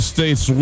States